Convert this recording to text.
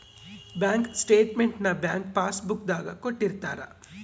bank statement ನ bank passbook ದಾಗ ಕೊಟ್ಟಿರ್ತಾರ